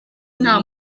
nta